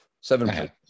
seven